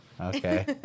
Okay